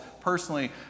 personally